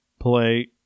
play